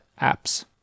apps